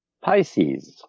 Pisces